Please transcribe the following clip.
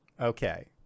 Okay